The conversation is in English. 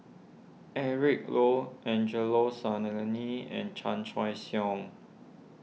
Eric Low Angelo Sanelli and Chan Choy Siong